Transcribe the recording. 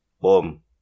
Boom